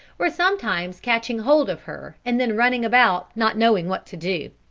were sometimes catching hold of her and then running about, not knowing what to do.